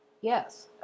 Yes